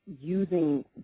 using